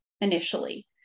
initially